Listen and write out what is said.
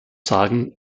sagen